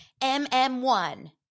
MM1